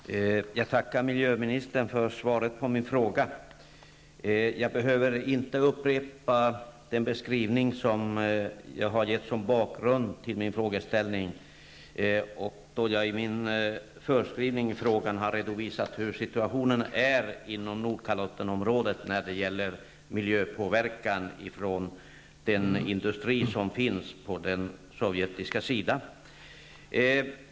Herr talman! Jag tackar miljöministern för svaret på min fråga. Jag behöver inte upprepa den beskrivning som jag har gjort som bakgrund till min fråga, där jag i inledningen redovisar hur situationen är inom Nordkalottenområdet när det gäller miljöpåverkan från industrin på den sovjetiska sidan.